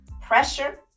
pressure